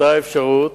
עלתה האפשרות,